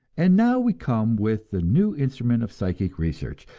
and now we come with the new instrument of psychic research,